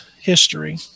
history